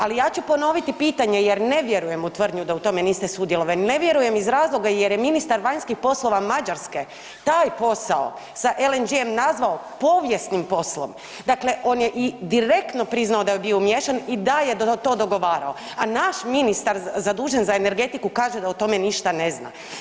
Ali ja ću ponoviti pitanje jer ne vjerujem u tvrdnju da u tome niste sudjelovali, ne vjerujem iz razloga jer je ministar vanjskih poslova Mađarske taj posao sa LNG-om nazvao povijesnim poslom, dakle on je i direktno priznao da je bio umiješan i da je to dogovarao, a naš ministar zadužen za energetiku kaže da o tome ništa ne zna.